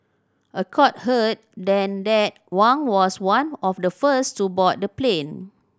a court heard then that Wang was one of the first to board the plane